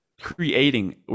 creating